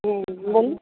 হুম বলুন